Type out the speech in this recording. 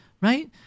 Right